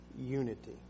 unity